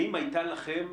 האם הייתה לכם,